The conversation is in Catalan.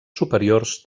superiors